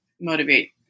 motivate